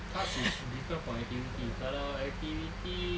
task is different from activity kalau activity